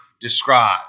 describe